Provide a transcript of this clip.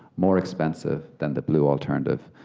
more expensive than the blue alternative,